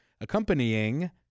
Accompanying